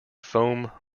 foam